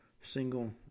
single